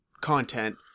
content